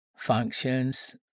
functions